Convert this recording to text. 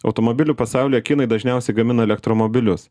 automobilių pasaulyje kinai dažniausiai gamina elektromobilius